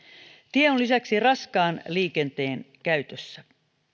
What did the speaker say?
tie on lisäksi raskaan liikenteen käytössä